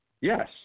Yes